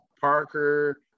Parker